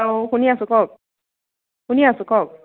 অ শুনি আছোঁ কওক শুনি আছোঁ কওক